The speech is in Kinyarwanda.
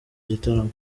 gitaramo